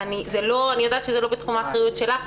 אני יודעת שזה לא בתחום האחריות שלך,